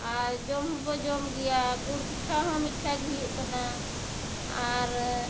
ᱟᱨ ᱡᱚᱢ ᱦᱚᱸᱵᱚ ᱡᱚᱢ ᱜᱮᱭᱟ ᱜᱩᱲ ᱯᱤᱴᱷᱟᱹ ᱦᱚᱸ ᱢᱤᱴᱷᱟᱹ ᱜᱮ ᱦᱩᱭᱩᱜ ᱠᱟᱱᱟ ᱟᱨ